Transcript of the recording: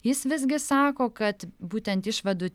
jis visgi sako kad būtent išvadų